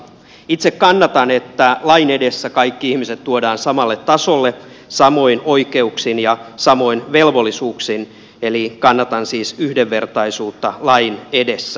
itse kannatan sitä että lain edessä kaikki ihmiset tuodaan samalle tasolle samoin oikeuksin ja samoin velvollisuuksin eli kannatan siis yhdenvertaisuutta lain edessä